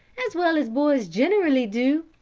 as well as boys generally do,